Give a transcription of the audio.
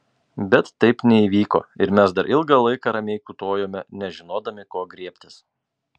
bet taip neįvyko ir mes dar ilgą laiką ramiai kiūtojome nežinodami ko griebtis